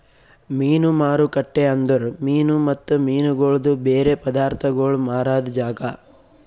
ಮೀನು ಮಾರುಕಟ್ಟೆ ಅಂದುರ್ ಮೀನು ಮತ್ತ ಮೀನಗೊಳ್ದು ಬೇರೆ ಪದಾರ್ಥಗೋಳ್ ಮಾರಾದ್ ಜಾಗ